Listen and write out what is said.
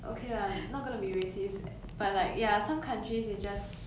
okay lah not gonna be racist but like ya some countries they just